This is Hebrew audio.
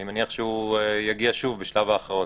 אני מניח שהוא יגיע שוב בשלב ההכרעות.